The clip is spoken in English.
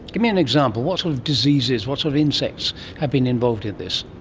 give me an example, what sort of diseases, what sort of insects have been involved in this?